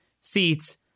seats